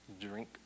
Drink